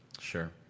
Sure